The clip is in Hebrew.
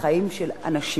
בחיים של אנשים.